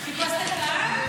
חיפשתם קהל?